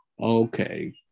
Okay